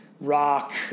rock